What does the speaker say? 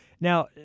Now